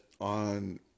on